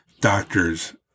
doctors